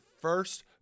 first